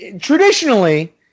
traditionally